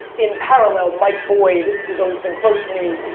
in parallel, mike boyd, who's always been close to me,